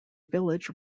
village